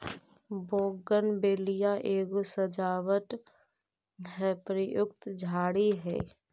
bougainvillea एगो सजावट में प्रयुक्त झाड़ी हई